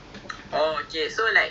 new um way